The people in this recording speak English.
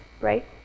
Right